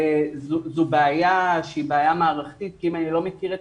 זו בעיה שהיא בעיה מערכתית כי אם אני לא מכיר את